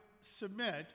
submit